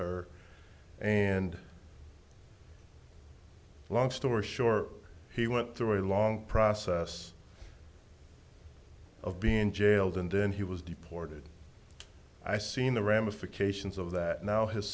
her and long story short he went through a long process of being jailed and then he was deported i seen the ramifications of that now his